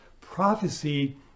prophecy